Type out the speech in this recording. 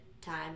time